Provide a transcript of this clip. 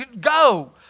go